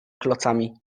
klocami